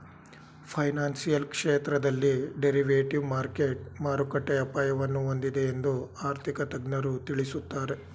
financial ಕ್ಷೇತ್ರದಲ್ಲಿ derivative market ಮಾರುಕಟ್ಟೆಯ ಅಪಾಯವನ್ನು ಹೊಂದಿದೆ ಎಂದು ಆರ್ಥಿಕ ತಜ್ಞರು ತಿಳಿಸುತ್ತಾರೆ